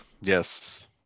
yes